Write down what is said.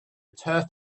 turf